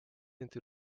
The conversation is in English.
into